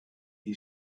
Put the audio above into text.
die